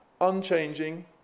Unchanging